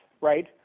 right